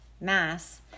Mass